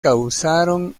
causaron